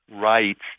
rights